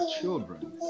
children